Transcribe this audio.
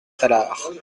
tallard